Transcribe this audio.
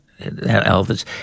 Elvis